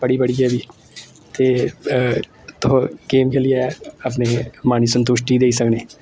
पढ़ी पढ़ियै बी ते गेम खेलियै अपने मन गी संतुश्टि देई सकने